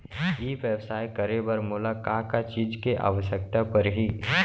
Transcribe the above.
ई व्यवसाय करे बर मोला का का चीज के आवश्यकता परही?